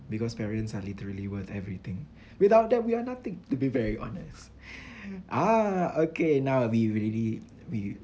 because parents are literally worth everything without them we are nothing to be very honest ah okay now we already we